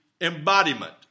embodiment